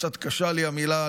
קצת קשה לי המילה,